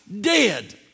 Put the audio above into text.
dead